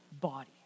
body